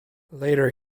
later